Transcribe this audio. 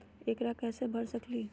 ऊकरा कैसे भर सकीले?